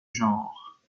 genre